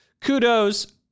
kudos